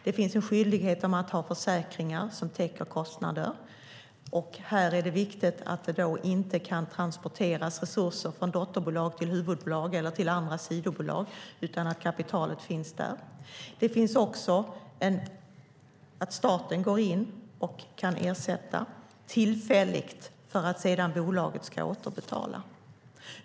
Det finns en skyldighet när man tar försäkringar som täcker kostnader, och här är det viktigt att det inte kan transporteras resurser från dotterbolag till huvudbolag eller till andra sidobolag, utan att kapitalet finns där. Staten kan också gå in och kan ersätta tillfälligt, och sedan ska bolaget återbetala.